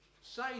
say